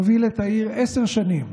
הוביל את העיר עשר שנים,